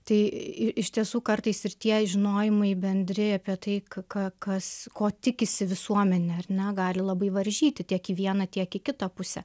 tai i ištiesų kartais ir tie žinojimai bendri apie tai ka ka kas ko tikisi visuomenė ar ne gali labai varžyti tiek į vieną tiek į kitą pusę